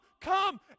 come